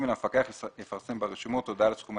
המפקח יפרסם ברשומות הודעה על סכומי